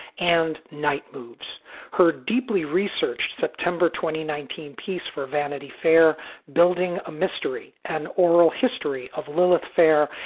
and knight moves her deeply researched september twenty nineteen piece for vanity fair building a mystery, an oral history of lilith fair,